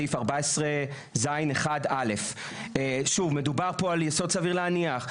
סעיף 14ז1(א), שוב מדובר פה על יסוד סביר להניח.